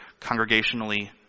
congregationally